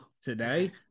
today